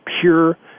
pure